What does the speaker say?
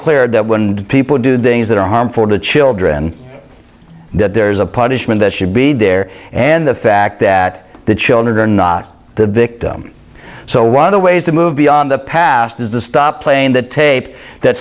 clear that when people do things that are harmful to children that there is a punishment that should be there and the fact that the children are not the victim so one of the ways to move beyond the past is the stop playing the tape that